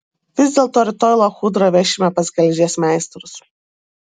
vis dėlto rytoj lachudrą vešime pas geležies meistrus